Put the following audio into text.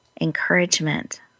encouragement